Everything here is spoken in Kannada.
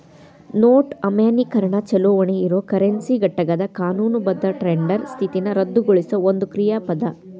ನೋಟು ಅಮಾನ್ಯೇಕರಣ ಚಲಾವಣಿ ಇರೊ ಕರೆನ್ಸಿ ಘಟಕದ್ ಕಾನೂನುಬದ್ಧ ಟೆಂಡರ್ ಸ್ಥಿತಿನ ರದ್ದುಗೊಳಿಸೊ ಒಂದ್ ಕ್ರಿಯಾ ಅದ